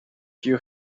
you